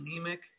anemic